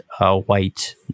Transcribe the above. white